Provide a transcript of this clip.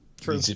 true